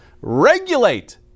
regulate